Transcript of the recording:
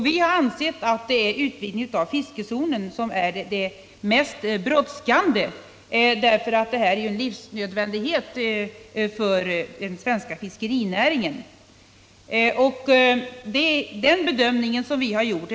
Vi har ansett att det är utvidgningen av fiskezonen som är det mest brådskande, eftersom den är en livsnödvändighet för den svenska fiskerinäringen. Det är den bedömningen vi har gjort.